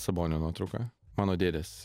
sabonio nuotrauką mano dėdės